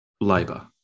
labour